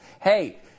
Hey